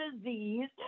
disease